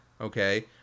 okay